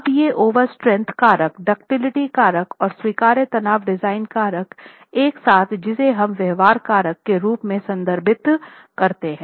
अब ये over strength कारक दुक्तिलिटी कारक और स्वीकार्य तनाव डिजाइन कारक एक साथ जिसे हम व्यवहार कारक के रूप में संदर्भित करते हैं